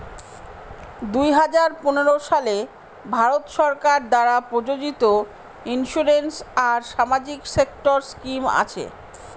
দুই হাজার পনেরো সালে ভারত সরকার দ্বারা প্রযোজিত ইন্সুরেন্স আর সামাজিক সেক্টর স্কিম আছে